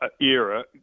era